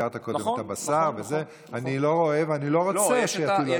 הזכרת קודם את הבשר וכו' אני לא רואה ואני לא רוצה שיטילו על זה מס.